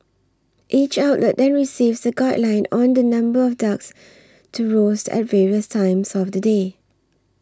each outlet then receives a guideline on the number of ducks to roast at various times of the day